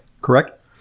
Correct